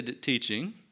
teaching